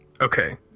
Okay